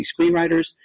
Screenwriters